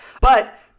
But-